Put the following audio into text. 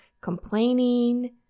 complaining